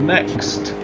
Next